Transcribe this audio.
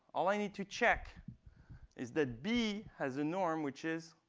all i need to check is that b has norm, which is